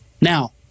Now